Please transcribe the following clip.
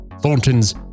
Thornton's